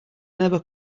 never